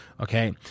okay